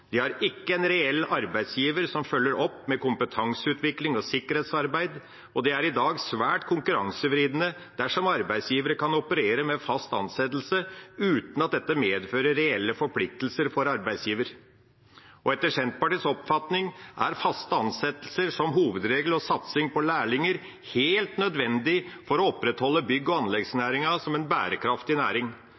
de har ikke en reell arbeidsgiver som følger opp med kompetanseutvikling og sikkerhetsarbeid. Det er i dag svært konkurransevridende dersom arbeidsgivere kan operere med fast ansettelse uten at dette medfører reelle forpliktelser for arbeidsgiver. Etter Senterpartiets oppfatning er faste ansettelser som hovedregel og satsing på lærlinger helt nødvendig for å opprettholde bygg- og anleggsnæringen som en bærekraftig næring.